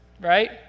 Right